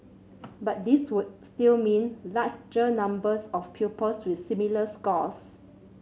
but these would still mean larger numbers of pupils with similar scores